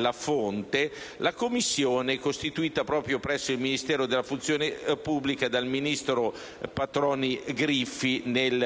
la fonte, la Commissione costituita presso il Ministero della funzione pubblica dal ministro Patroni Griffi nel 2012,